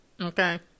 Okay